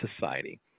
society